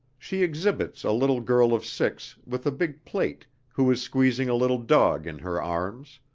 she exhibits a little girl of six with a big plait who is squeezing a little dog in her arms